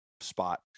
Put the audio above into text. spot